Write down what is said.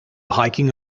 hiking